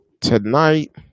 tonight